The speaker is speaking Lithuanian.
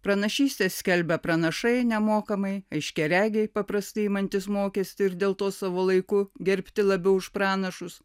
pranašystes skelbė pranašai nemokamai aiškiaregiai paprastai imantys mokestį ir dėl to savo laiku gerbti labiau už pranašus